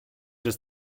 just